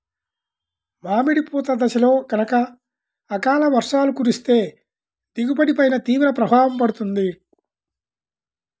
మామిడి పూత దశలో గనక అకాల వర్షాలు కురిస్తే దిగుబడి పైన తీవ్ర ప్రభావం పడుతుంది